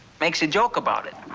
makes a joke about it.